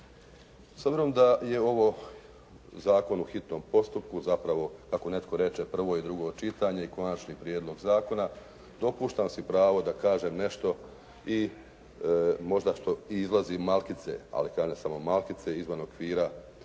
obzirom da je ovo zakon u hitnom postupku zapravo kako netko reče prvo i drugo čitanje i konačni prijedlog zakona dopuštam si pravo da kažem nešto i možda što izlazi malkice ali kažem samo malkice izvan okvira